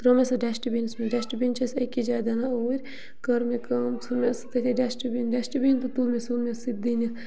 ترٛٲو مےٚ سُہ ڈٮ۪سٹ بیٖنَس مَنٛز ڈَٮ۪سٹ بِن چھِ أسۍ أکِس جایہِ دٕنان اوٗرۍ کٔر مےٚ کٲم ژھُن مےٚ سُہ تٔتھی ڈٮ۪سٹ بِن ڈٮ۪سٹ بِن تہٕ تُل مےٚ ژھُن مےٚ سُہ تہِ دٕنِتھ